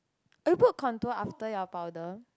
you put contour after your powder